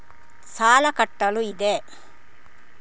ಸಾಲ ಕಟ್ಟಲು ಇದೆ